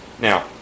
Now